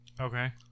Okay